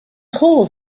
hole